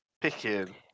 picking